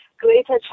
greater